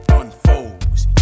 unfolds